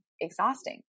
exhausting